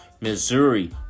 Missouri